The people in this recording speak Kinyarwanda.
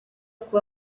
kuba